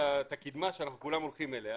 את הקידמה שכולם הולכים אליה,